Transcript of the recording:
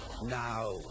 now